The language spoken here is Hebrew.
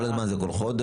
כל הזמן זה כל חודש?